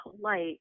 polite